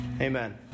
amen